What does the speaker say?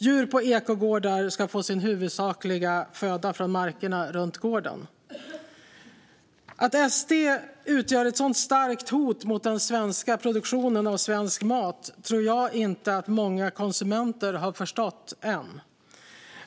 Djur på ekogårdar ska få sin huvudsakliga föda från markerna runt gården. Att Sverigedemokraterna utgör ett så starkt hot mot den svenska produktionen av svensk mat tror jag inte att många konsumenter har förstått ännu.